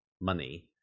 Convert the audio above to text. money